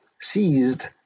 seized